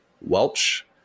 Welch